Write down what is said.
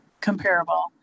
comparable